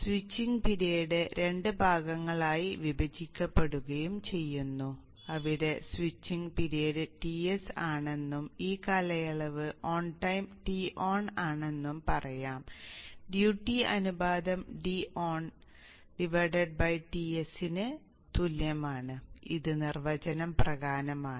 switching period രണ്ട് ഭാഗങ്ങളായി വിഭജിക്കപ്പെടുകയും ചെയ്യുന്നു അവിടെ സ്വിച്ചിംഗ് പിരീഡ് Ts ആണെന്നും ഈ കാലയളവ് ഓൺ ടൈം Ton ആണെന്നും പറയാം ഡ്യൂട്ടി അനുപാതം d TonTs ന് തുല്യമാണ് ഇത് നിർവചനം പ്രകാരമാണ്